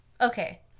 Okay